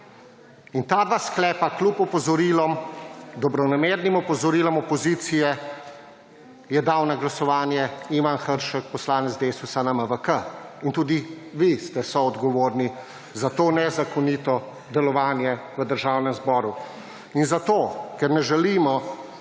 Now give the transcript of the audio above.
Ta dva sklepa kljub opozorilom, dobronamernim opozorilom opozicije je dal na glasovanje Ivan Hršak, poslanec Desus-u na MVK in tudi vi ste soodgovorni za to nezakonito delovanje v Državnem zboru in zato, ker ne želimo sodelovati